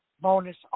bonus